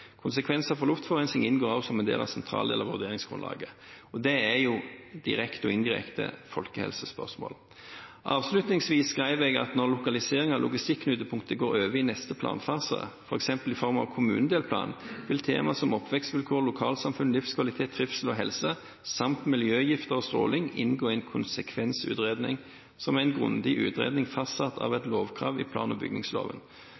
for luftforureining inngår også som ein sentral del av vurderingsunderlaget.» Det er jo direkte og indirekte folkehelsespørsmål. Avslutningsvis skrev jeg: «Når lokalisering av logistikknutepunkt går over i neste planfase, til dømes i form av ein kommunedelplan, vil tema som oppveksttilhøve, lokalsamfunn, livskvalitet, trivsel og helse, samt miljøgiftar og stråling, inngå i ein konsekvensutgreiing, som er ei grundig utgreiing fastsatt